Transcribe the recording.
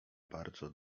bardzo